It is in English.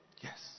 Yes